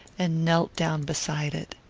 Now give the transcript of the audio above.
and knelt down beside it.